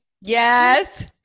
Yes